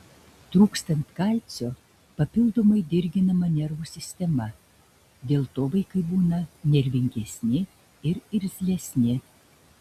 trūkstant kalcio papildomai dirginama nervų sistema dėl to vaikai būna nervingesni ir irzlesni